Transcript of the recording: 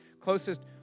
closest